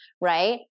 right